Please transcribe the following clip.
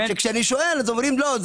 וכשאני שואל אומרים: לא,